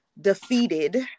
defeated